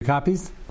Copies